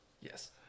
yes